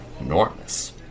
enormous